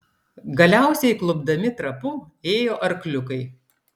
galiausiai klupdami trapu ėjo arkliukai